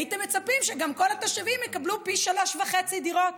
הייתם מצפים שגם כל התושבים יקבלו פי 3.5 דירות.